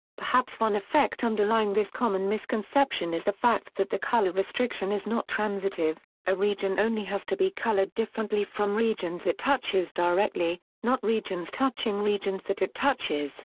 perhaps one effect underlying this common misconception is the fact that the color restriction is not transitive a region only has to be colored differently from regions it touches directly, not regions touching regions that it touches.